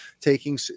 taking